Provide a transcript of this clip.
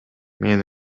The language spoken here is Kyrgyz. мен